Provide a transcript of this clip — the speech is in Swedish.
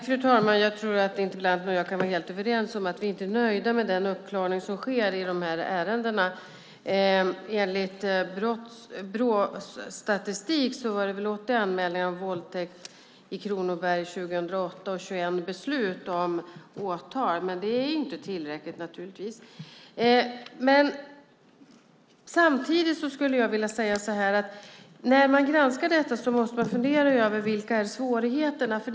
Fru talman! Jag tror att interpellanten och jag kan vara helt överens om att vi inte är nöjda med den uppklaring som sker i de här ärendena. Enligt Brås statistik var det 80 anmälningar om våldtäkt i Kronoberg 2008 och 21 beslut om åtal, men det är naturligtvis inte tillräckligt. När man granskar detta måste man fundera över vilka svårigheter som finns.